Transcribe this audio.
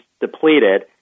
depleted